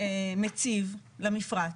מציב למפרץ,